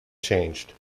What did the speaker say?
changed